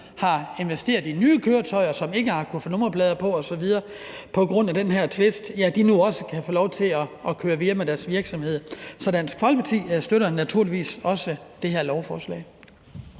har investeret i nye køretøjer, som ikke har kunnet få nummerplader på osv. på grund af den her tvist, nu kan få lov til at køre videre med deres virksomhed. Så Dansk Folkeparti støtter naturligvis også det her lovforslag.